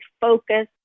focus